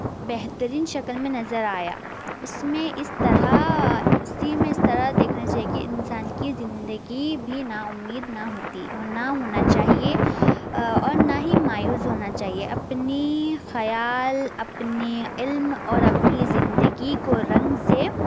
بہترین شکل میں نظر آیا اس میں اس طرح اسی میں اس طرح دیکھنا چاہیے کہ انسان کی زندگی بھی ناامید نہ ہوتی نہ ہونا چاہیے اور نہ ہی مایوس ہونا چاہیے اپنی خیال اپنی علم اور اپنی زندگی کو رنگ سے